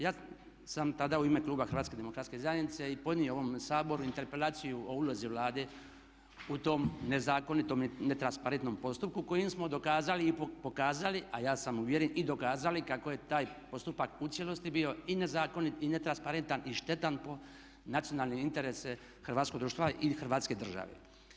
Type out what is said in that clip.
Ja sam tada u ime kluba HDZ-a i podnio ovom Saboru interpelaciju o ulozi Vlade u tom nezakonitom i netransparentnom postupku kojim smo dokazali i pokazali a ja sam uvjeren i dokazali kako je taj postupak u cijelosti bio i nezakonit i netransparentan i štetan po nacionalne interese hrvatskog društva i hrvatske države.